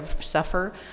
suffer